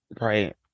right